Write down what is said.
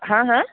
হা হা